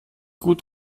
gut